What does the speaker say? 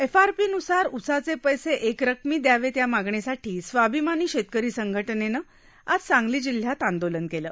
एफआरपीन्सार उसाचे पैसे एकरकमी द्यावेत या मागणीसाठी स्वाभिमानी शेतकरी संघटनेनं आज सांगली जिल्ह्यात आंदोलन केलं